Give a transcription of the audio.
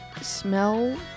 smell